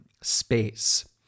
space